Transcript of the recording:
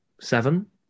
seven